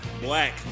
black